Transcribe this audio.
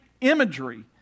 imagery